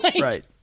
Right